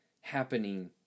happening